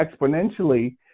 exponentially